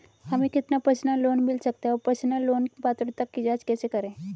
हमें कितना personal loan मिल सकता है और पर्सनल लोन पात्रता की जांच कैसे करें?